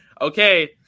Okay